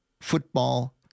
football